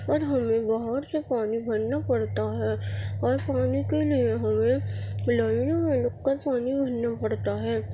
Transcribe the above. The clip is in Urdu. اور ہمیں باہر سے پانی بھرنا پڑتا ہے اور پانی کے لیے ہمیں لائن میں لگ کر پانی بھرنا پڑتا ہے